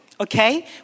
Okay